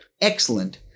Excellent